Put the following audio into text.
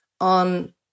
on